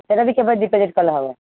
କେବେ ଡିପୋଜିଟ୍ କଲେ ହେବ